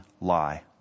lie